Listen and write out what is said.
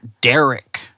Derek